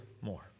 more